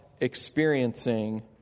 experiencing